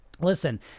Listen